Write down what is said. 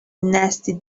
nasty